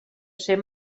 ser